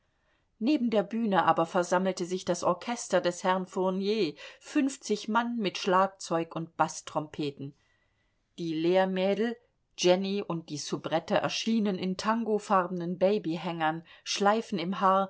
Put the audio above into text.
neben der bühne aber versammelte sich das orchester des herrn fournier fünfzig mann mit schlagzeug und baßtrompeten die lehrmädel jenny und die soubrette erschienen in tangofarbenen babyhängern schleifen im haar